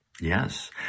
Yes